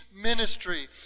ministry